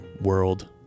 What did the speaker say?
world